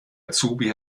azubi